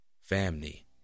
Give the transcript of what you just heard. Family